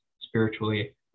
spiritually